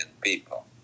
people